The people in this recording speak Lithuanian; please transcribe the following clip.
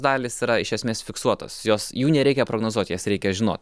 dalys yra iš esmės fiksuotos jos jų nereikia prognozuoti jas reikia žino